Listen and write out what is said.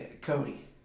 Cody